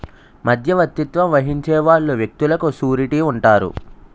మధ్యవర్తిత్వం వహించే వాళ్ళు వ్యక్తులకు సూరిటీ ఉంటారు